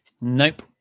Nope